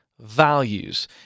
values